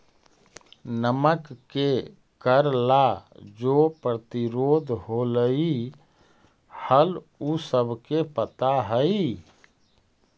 नमक के कर ला जो प्रतिरोध होलई हल उ सबके पता हई